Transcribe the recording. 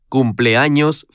Cumpleaños